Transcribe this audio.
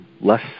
less